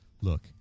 Look